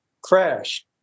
crash